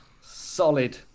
solid